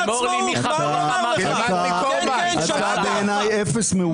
אמור לי מי חבריך --- אתה בעיניי אפס מאופס.